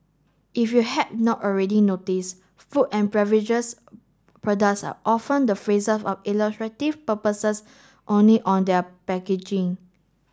if you had not already noticed food and beverages products often the phrases of illustrative purposes only on their packaging